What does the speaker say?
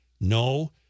No